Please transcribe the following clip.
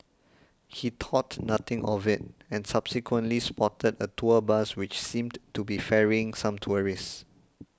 he thought nothing of it and subsequently spotted a tour bus which seemed to be ferrying some tourists